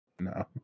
No